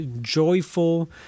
joyful